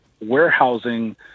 warehousing